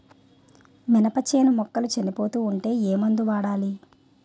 మినప చేను మొక్కలు చనిపోతూ ఉంటే ఏమందు వాడాలి?